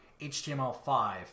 HTML5